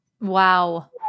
Wow